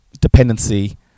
dependency